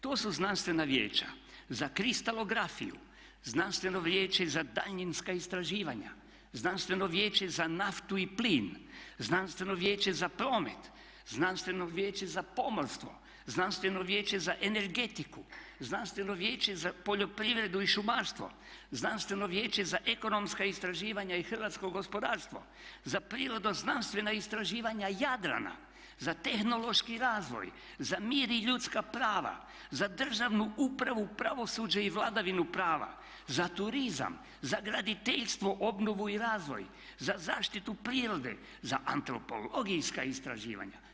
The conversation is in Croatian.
To su znanstvena vijeća: za kristalografiju, Znanstveno vijeće za daljinska istraživanja, Znanstveno vijeće za naftu i plin, Znanstveno vijeće za promet, Znanstveno vijeće za pomorstvo, Znanstveno vijeće za energetiku, Znanstveno vijeće za poljoprivredu i šumarstvo, Znanstveno vijeće za ekonomska istraživanja i hrvatsko gospodarstvo, za prirodno-znanstvena istraživanja Jadrana, za tehnološki razvoj, za mir i ljudska prava, za državnu upravu, pravosuđe i vladavinu prava, za turizam, za graditeljstvo, obnovu i razvoj, za zaštitu prirode, za antropologijska istraživanja.